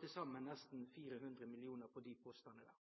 til saman nesten 400 mill. kr på desse postane.